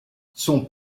son